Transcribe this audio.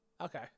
Okay